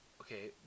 Okay